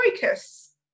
focus